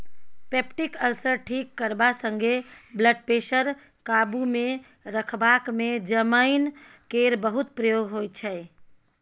peptic ulcer ठीक करबा संगे ब्लडप्रेशर काबुमे रखबाक मे जमैन केर बहुत प्रयोग होइ छै